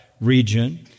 region